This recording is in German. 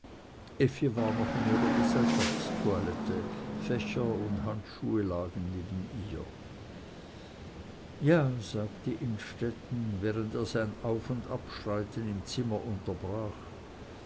war noch in ihrer gesellschaftstoilette fächer und handschuhe lagen neben ihr ja sagte innstetten während er sein aufundabschreiten im zimmer unterbrach